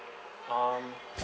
um